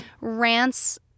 rants